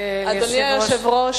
אדוני היושב-ראש